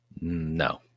No